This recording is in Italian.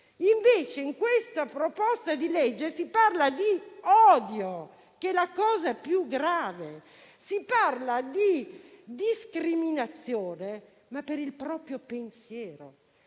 invece, in questa proposta di legge, si parla di odio, che è la cosa più grave. Si parla di discriminazione, ma per il proprio pensiero.